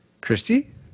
Christy